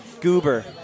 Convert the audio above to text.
goober